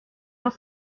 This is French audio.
dans